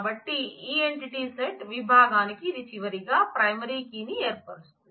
కాబట్టి ఈ entity set విభాగానికి ఇది చివరిగా ప్రైమరీ కీ ని ఏర్పరుస్తుంది